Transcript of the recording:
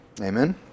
Amen